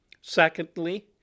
Secondly